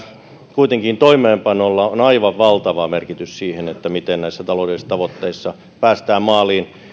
kuitenkin toimeenpanolla on aivan valtava merkitys siihen miten näissä taloudellisissa tavoitteissa päästään maaliin